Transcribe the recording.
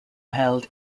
held